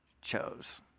chose